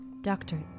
Doctor